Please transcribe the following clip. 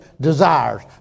desires